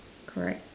correct